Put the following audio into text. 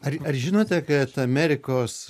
ar ar žinote kad amerikos